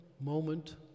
moment